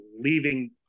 leaving